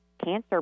Cancer